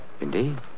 Indeed